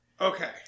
Okay